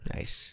Nice